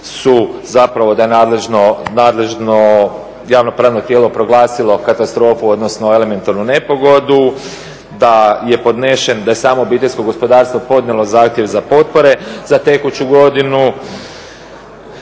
su zapravo da nadležno javno pravno tijelo proglasilo katastrofu odnosno elementarnu nepogodu, da je podnesen, da je samo obiteljsko gospodarstvo podnijelo zahtjev za potpore za tekuću godinu,